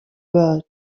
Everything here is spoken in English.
world